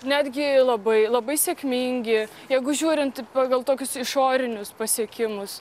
netgi labai labai sėkmingi jeigu žiūrint pagal tokius išorinius pasiekimus